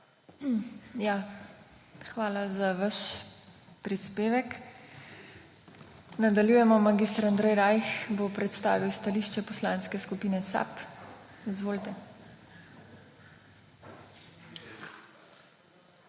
Hvala za vaš prispevek. Nadaljujemo. Mag. Andrej Rajh bo predstavil stališče Poslanske skupine SAB. Izvolite.